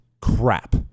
crap